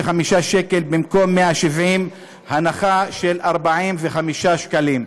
שקל במקום 170, הנחה של 45 שקלים.